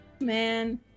Man